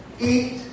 eat